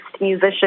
musician